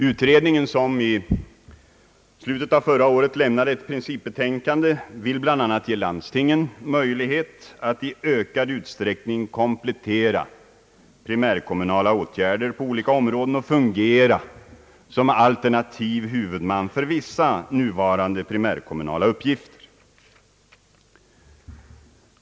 Utredningen, som i slutet av förra året lämnade ett principbetänkande, vill bl.a. ge landstingen möjlighet att i ökad utsträckning komplettera primärkommunala åtgärder på olika områden och fungera som alternativ huvudman för vissa nuvarande primärkommunala uppgifter.